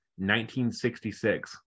1966